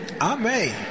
Amen